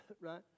right